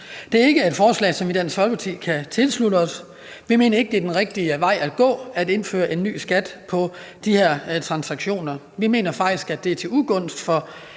Det er ikke et forslag, som vi i Dansk Folkeparti kan tilslutte os. Vi mener ikke, at det er den rigtige vej at gå at indføre en ny skat på de her transaktioner. Vi mener faktisk, at det er til ugunst for